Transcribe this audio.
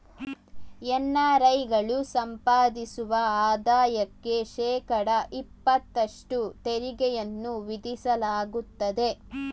NRI ಗಳು ಸಂಪಾದಿಸುವ ಆದಾಯಕ್ಕೆ ಶೇಕಡ ಇಪತ್ತಷ್ಟು ತೆರಿಗೆಯನ್ನು ವಿಧಿಸಲಾಗುತ್ತದೆ